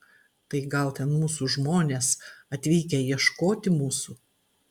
tai gal ten mūsų žmonės atvykę ieškoti mūsų